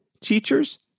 teachers